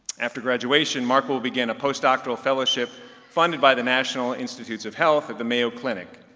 after graduation, mark will begin a postdoctoral fellowship funded by the national institutes of health at the mayo clinic.